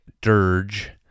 Dirge